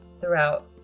throughout